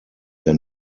der